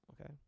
okay